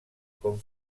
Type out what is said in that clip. con